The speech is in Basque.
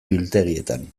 biltegietan